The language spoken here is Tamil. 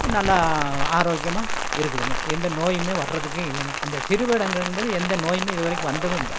நல்லா ஆரோக்கியமாக இருக்குதுங்க எந்த நோயுமே வர்றதுக்கு இல்லைங்க அந்த சிறுவேடைங்குற போது எந்த நோயுமே இதுவரைக்கும் வந்ததும் இல்லை